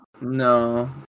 No